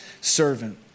servant